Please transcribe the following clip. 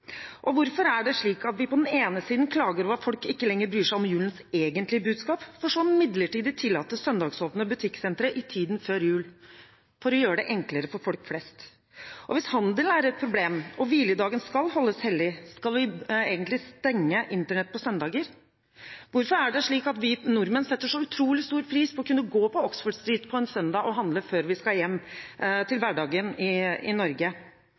Hvorfor er det slik at vi på den ene siden klager over at folk ikke lenger bryr seg om julens egentlige budskap, for så midlertidig å tillate søndagsåpne butikksentre i tiden før jul for å gjøre det enklere for folk flest? Hvis handelen er et problem og hviledagen skal holdes hellig, skal vi stenge Internett på søndager? Hvorfor er det slik at vi nordmenn setter så utrolig stor pris på å kunne gå på Oxford Street på en søndag og handle før vi skal hjem til hverdagen i Norge?